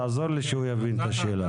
תעזור לי כדי שהוא יבין את השאלה.